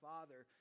Father